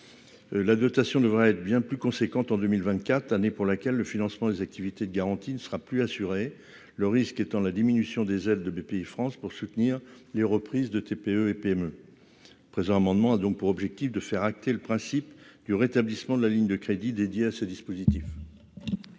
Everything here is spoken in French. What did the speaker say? la dotation devrait être bien plus conséquente en 2024 année pour laquelle le financement des activités de garantie ne sera plus assurée, le risque étant la diminution des aides de BPIFrance pour soutenir les reprises de TPE et PME présent amendement a donc pour objectif de faire acter le principe du rétablissement de la ligne de crédit dédiés à se dire. Positif.